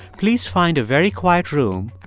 please find a very quiet room,